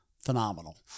Phenomenal